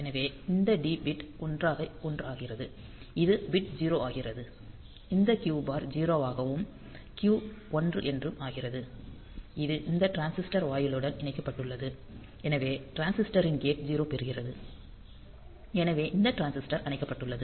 எனவே இந்த D bit 1 ஆகிறது இது பிட் 0 ஆகிறது இந்த Q பார் 0 ஆகவும் Q 1 என்றும் ஆகிறது இது இந்த டிரான்சிஸ்டர் வாயிலுடன் இணைக்கப்பட்டுள்ளது எனவே டிரான்சிஸ்டரின் கேட் 0 பெறுகிறது எனவே இந்த டிரான்சிஸ்டர் அணைக்கப்பட்டுள்ளது